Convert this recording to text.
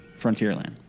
Frontierland